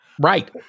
Right